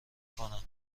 کنم